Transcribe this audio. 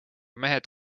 mehed